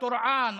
טורעאן,